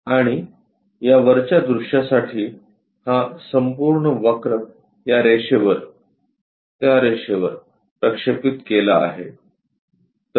आणि या वरच्या दृश्यासाठी हा संपूर्ण वक्र या रेषेवर त्या रेषेवर प्रक्षेपित केला आहे